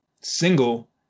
single